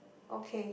okay